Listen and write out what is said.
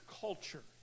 culture